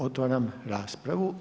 Otvaram raspravu.